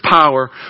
power